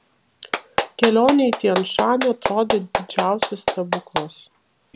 kelionė į tian šanį atrodė didžiausias stebuklas